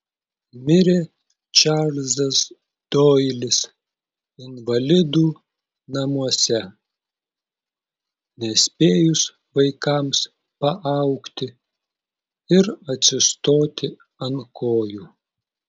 mirė čarlzas doilis invalidų namuose nespėjus vaikams paaugti ir atsistoti ant kojų